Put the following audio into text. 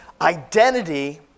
identity